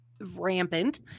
rampant